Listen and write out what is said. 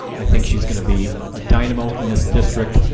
i think she's going to be a dynamo in this district.